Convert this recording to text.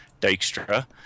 Dijkstra